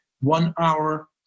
one-hour